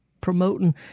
promoting